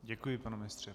Děkuji, pane ministře.